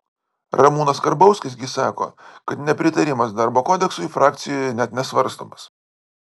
ramūnas karbauskis gi sako kad nepritarimas darbo kodeksui frakcijoje net nesvarstomas